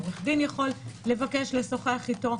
עורך הדין יכול לבקש לשוחח איתו.